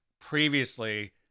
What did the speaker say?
previously